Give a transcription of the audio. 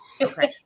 Okay